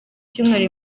icyumweru